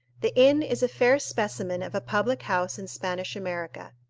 the inn is a fair specimen of a public house in spanish america.